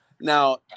Now